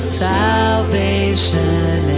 salvation